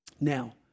Now